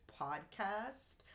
podcast